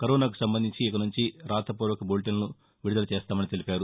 కరోనాకు సంబంధించి ఇకనుంచి రాతపూర్వక బులెటిన్లు విడుదల చేస్తామని తెలిపారు